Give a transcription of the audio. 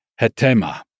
hetema